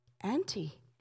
auntie